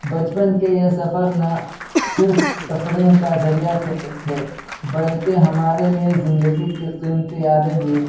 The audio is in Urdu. بچپن کے یہ سفر نہ صرف تفریح کا ذریعہ تھے تھے بلکہ ہمارے لیے زندگی کی قیمتی یادیں بھی